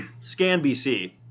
ScanBC